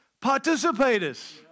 participators